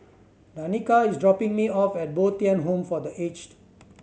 Danika is dropping me off at Bo Tien Home for The Aged